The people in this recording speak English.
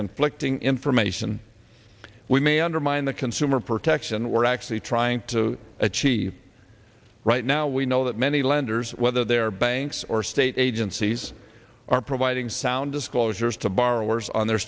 conflicting information we may undermine the consumer protection we're actually trying to achieve right now we know that many lenders whether their banks or state agencies are providing sound disclosures to borrowers on their